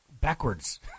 backwards